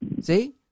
See